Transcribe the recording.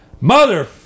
mother